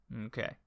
Okay